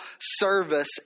service